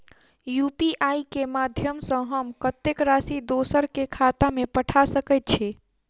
UPI केँ माध्यम सँ हम कत्तेक राशि दोसर केँ खाता मे पठा सकैत छी?